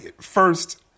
First